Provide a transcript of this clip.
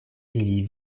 ili